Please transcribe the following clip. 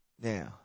Now